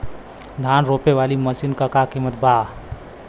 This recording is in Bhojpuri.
धान रोपे वाली मशीन क का कीमत बा?